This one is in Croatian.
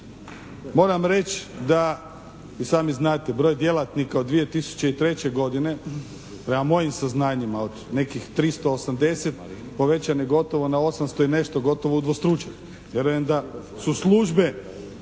i sami znate broj djelatnika od 2003. godine prema mojim saznanjima od nekih 380 povećan je gotovo na 800 i nešto. Gotovo udvostručen.